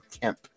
Kemp